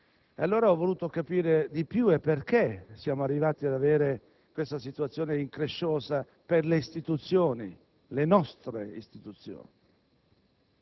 Lo dico con molta franchezza: non è serio per le istituzioni democratiche del nostro Paese. Ci rimettiamo tutti.